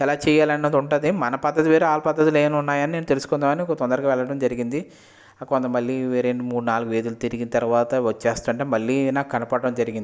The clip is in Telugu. ఎలా చేయాలా అన్నది ఉంటుంది మన పద్ధతి వేరు వాళ్ళ పద్ధతి నేను ఉన్నాయని తెలుసుకుందామని తొందరగా వెళ్ళడం జరిగింది కొంత మళ్ళీ రెండు మూడు వీధులు తిరిగి తరువాత వచ్చేస్తుంటే మళ్ళీ నాకు కనబడటం జరిగింది